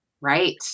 Right